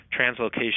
translocation